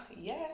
yes